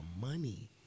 money